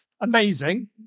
amazing